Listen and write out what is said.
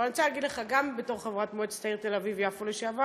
אבל אני רוצה להגיד לך גם בתור חברת מועצת העיר תל-אביב יפו לשעבר,